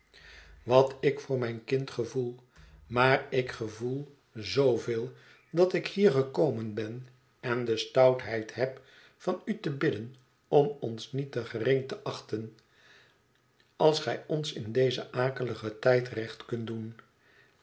wat ik voor mijn kind gevoel maar ik gevoel zooveel dat ik hier gekomen ben en de stoutheid heb van u te bidden om ons niet te gering te achten als gij ons in dezen akeligen tijd recht kunt doen